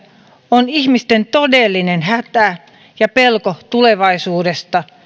on ihmisten todellinen hätä ja pelko tulevaisuudesta